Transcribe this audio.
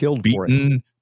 beaten